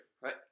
Right